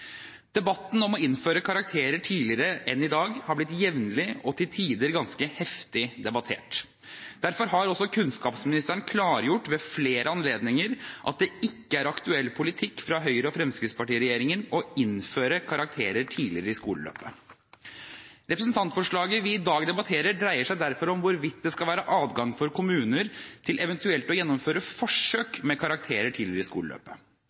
å innføre karakterer tidligere enn i dag har blitt jevnlig og til tider ganske heftig debattert. Derfor har også kunnskapsministeren klargjort ved flere anledninger at det ikke er aktuell politikk fra Høyre–Fremskrittsparti-regjeringen å innføre karakterer tidligere i skoleløpet. Representantforslaget vi i dag debatterer, dreier seg derfor om hvorvidt det skal være adgang for kommuner til eventuelt å gjennomføre forsøk med karakterer tidligere i skoleløpet.